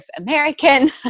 american